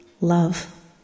love